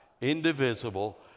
indivisible